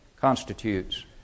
constitutes